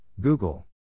Google